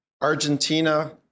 Argentina